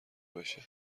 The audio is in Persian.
باشه